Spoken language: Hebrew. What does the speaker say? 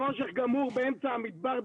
חושך גמור באמצע המדבר,